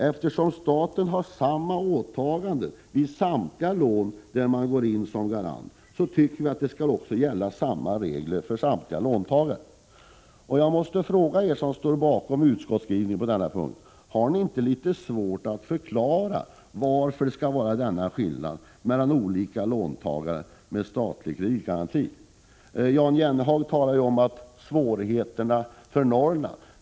Eftersom staten har samma åtagande vid samtliga lån där staten går in som garant tycker vi att samma regler också skall gälla för samtliga låntagare. Jag måste fråga er som står bakom utskottets skrivning på denna punkt: Har ni inte litet svårt att förklara denna skillnad mellan olika låntagare med statlig kreditgaranti? Jan Jennehag talade om svårigheterna för jordbruket i Norrland.